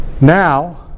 Now